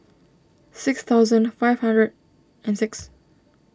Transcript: six thousand five hundred and six